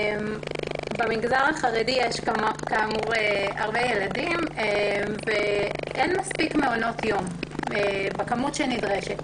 במגזר החרדי יש כאמור הרבה ילדים ואין מספיק מעונות יום בכמות שנדרשת.